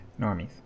normies